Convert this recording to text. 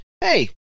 Hey